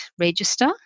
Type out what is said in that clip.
register